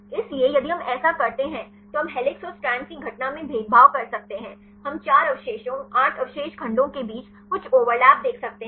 इसलिए यदि हम ऐसा करते हैं तो हम हेलिसेस और स्ट्रैंड्स की घटना में भेदभाव कर सकते हैं हम 4 अवशेषों 8 अवशेष खंडों के बीच कुछ ओवरलैप देख सकते हैं